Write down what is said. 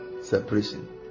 Separation